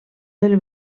del